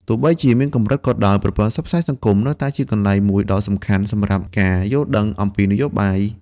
ទោះបីជាមានកម្រិតក៏ដោយ ប្រព័ន្ធផ្សព្វផ្សាយសង្គមនៅតែជាកន្លែងមួយដ៏សំខាន់សម្រាប់ការយល់ដឹងអំពីនយោបាយ